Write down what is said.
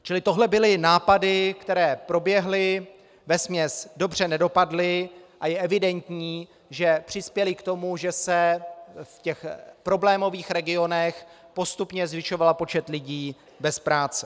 Čili toto byly nápady, které proběhly, vesměs dobře nedopadly a je evidentní, že přispěly k tomu, že se v problémových regionech postupně zvyšoval počet lidí bez práce.